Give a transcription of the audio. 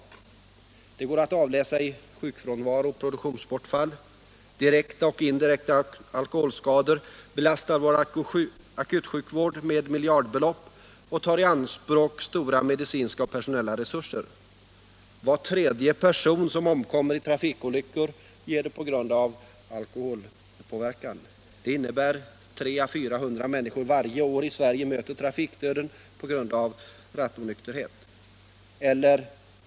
Det går att avläsa i sjukfrånvaro och produktionsbortfall. Direkta och indirekta alkoholskador belastar vår akutsjukvård med miljardbelopp och tar i anspråk stora medicinska och personella resurser. Var tredje person som omkommer i trafikolyckor gör det på grund av alkoholpåverkan. Detta innebär att 300-400 människor varje år i Sverige möter trafikdöden på grund av rattonykterhet.